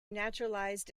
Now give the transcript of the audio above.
naturalized